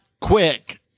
quick